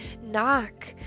knock